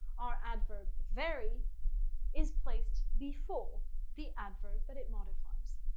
our adverb very is placed before the adverb that it modifies.